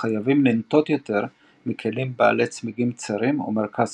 חייבים לנטות יותר מכלים בעלי צמיגים צרים ומרכז